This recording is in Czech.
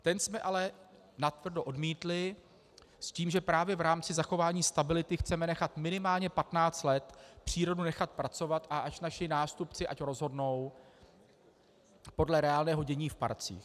Ten jsme ale natvrdo odmítli s tím, že právě v rámci zachování stability chceme nechat minimálně 15 let přírodu nechat pracovat a až naši nástupci ať rozhodnou podle reálného dění v parcích.